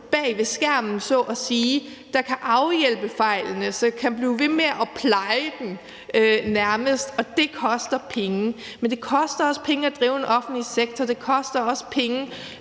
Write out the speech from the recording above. bag ved skærmen så at sige, der kan afhjælpe fejlene, og som kan blive ved med nærmest at pleje den. Og det koster penge. Men det koster også penge at drive en offentlig sektor. Det koster også penge